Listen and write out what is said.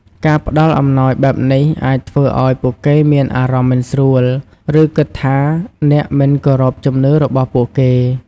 ការផ្តល់អំណោយបែបនេះ អាចធ្វើឲ្យពួកគេមានអារម្មណ៍មិនស្រួល ឬគិតថាអ្នកមិនគោរពជំនឿរបស់ពួកគេ។